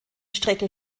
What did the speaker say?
strecke